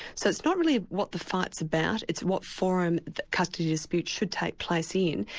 so it's not really what the fight's about, it's what forum the custody dispute should take place in,